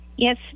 Yes